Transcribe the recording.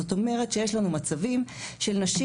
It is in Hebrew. זאת אומרת שיש לנו מצבים של נשים